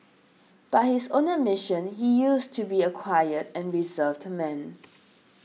by his own admission he used to be a quiet and reserved man